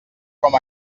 com